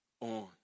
on